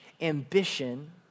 ambition